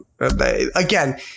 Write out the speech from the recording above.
Again